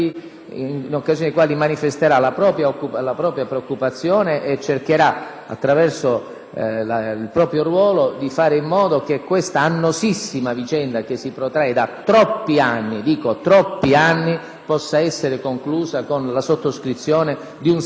attraverso il proprio ruolo, di fare in modo che questa annosissima vicenda che si protrae da troppi, troppi anni, possa concludersi con la sottoscrizione di un sacrosanto contratto dei giornalisti i quali hanno un sacrosanto diritto.